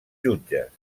jutges